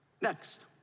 Next